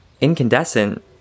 Incandescent